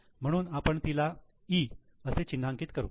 म्हणून आपण तिला 'E' असे चिन्हांकित करू